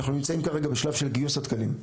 אנחנו נמצאים כרגע בשלב של גיוס התקנים,